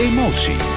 Emotie